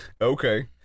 Okay